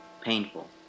painful